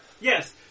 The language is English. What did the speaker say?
Yes